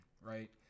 right